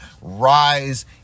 Rise